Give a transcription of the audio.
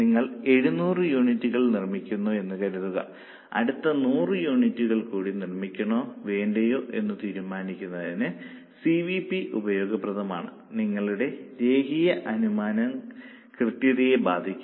നിങ്ങൾ 700 യൂണിറ്റുകൾ Unit's നിർമ്മിക്കുന്നു എന്ന് കരുതുക അടുത്ത 100 യൂണിറ്റുകൾ കൂടി നിർമ്മിക്കണോ വേണ്ടയോ എന്ന് തീരുമാനിക്കുന്നതിന് സി വി പി ഉപയോഗപ്രദമാണ് നിങ്ങളുടെ രേഖീയ അനുമാനം കൃത്യതയെ ബാധിക്കില്ല